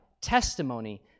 testimony